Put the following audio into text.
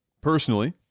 personally